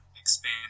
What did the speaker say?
expand